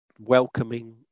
welcoming